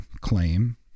claim